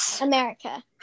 America